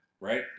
Right